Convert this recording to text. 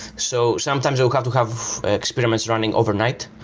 so sometimes i'll have to have experiments running overnight.